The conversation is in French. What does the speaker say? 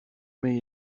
mais